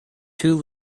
two